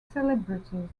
celebrities